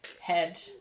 head